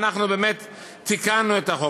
ואנחנו באמת תיקנו את זה.